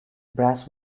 brass